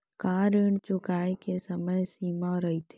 का ऋण चुकोय के समय सीमा रहिथे?